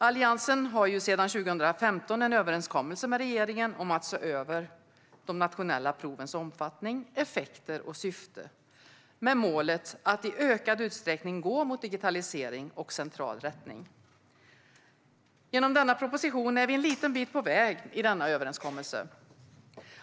Alliansen har sedan 2015 en överenskommelse med regeringen om att se över de nationella provens omfattning, effekter och syfte med målet att i ökad utsträckning gå mot digitalisering och central rättning. Genom denna proposition är vi en liten bit på väg i denna överenskommelse.